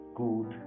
good